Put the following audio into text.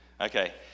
okay